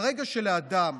ברגע שלאדם